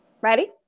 Ready